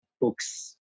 books